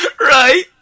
Right